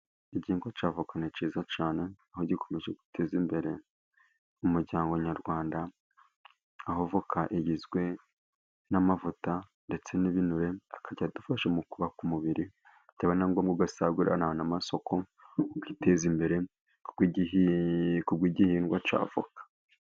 Igihingwa cya voka ni cyiza cyane, aho gikomeje guteza imbere umuryango nyarwanda, aho voka igizwe n'amavuta ndetse n'ibinure, akajya adufasha mu kubaka umubiri, byaba na ngombwa ugasagurira n'amasoko ukiteza imbere, kubw'igihingwa cya voka.